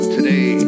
Today